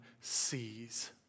sees